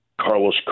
Carlos